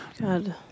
God